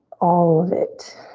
all of it.